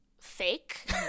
fake